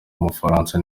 w’umufaransa